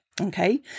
Okay